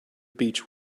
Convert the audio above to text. beech